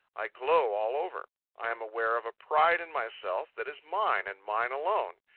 i glow all over. i am aware of a pride in myself that is mine, and mine alone.